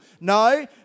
No